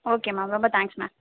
okay ma'am ரொம்ப thanks ma'am